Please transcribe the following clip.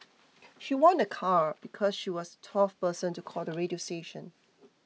she won a car because she was twelfth person to call the radio station